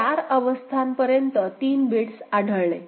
तर 4 अवस्थांपर्यंत 3 बिट्स आढळले